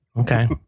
Okay